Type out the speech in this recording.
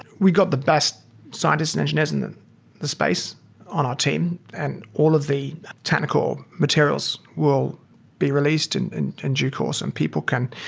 we got the best scientists and engineers in in the space on our team and all of the technical materials will be released in in due course and people can